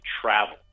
travel